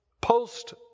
post